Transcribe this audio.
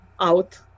out